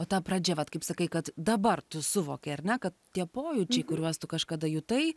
o ta pradžia vat kaip sakai kad dabar tu suvoki ar ne kad tie pojūčiai kuriuos tu kažkada jutai